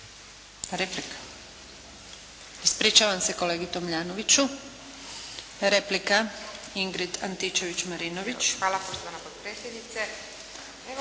Replika. Ispričavam se kolegi Tomljanoviću. Replika, Ingrid Antičević-Marinović. **Antičević